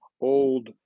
old